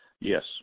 Yes